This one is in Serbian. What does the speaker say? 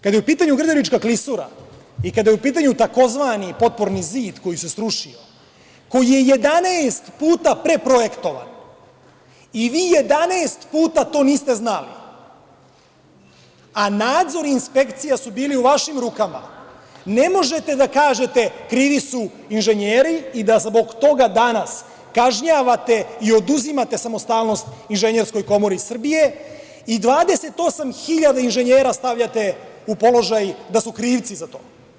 Kada je u pitanju Grdelička klisura i kada je u pitanju, takozvani potporni zid koji se srušio, koji je 11 puta preprojektovan i vi 11 puta to niste znali, a nadzor inspekcija su bili u vašim rukama, ne možete da kažete - krivi su inženjeri i da zbog toga danas kažnjavate i oduzimate samostalnost Inženjerskoj komori Srbije i 28 hiljada inženjera stavljate u položaj da su krivci za to.